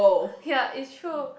ya it's true